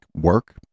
work